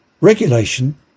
Regulation